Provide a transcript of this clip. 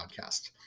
podcast